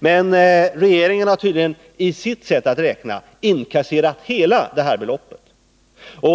Men regeringen har tydligen, i sitt sätt att räkna, tagit med hela detta belopp.